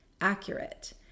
accurate